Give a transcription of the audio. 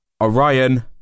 Orion